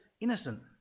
innocent